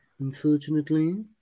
unfortunately